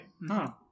no